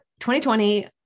2020